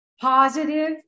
positive